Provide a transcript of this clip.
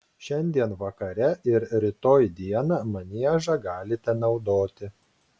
šiandien vakare ir rytoj dieną maniežą galite naudoti